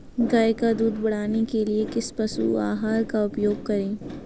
गाय का दूध बढ़ाने के लिए किस पशु आहार का उपयोग करें?